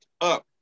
up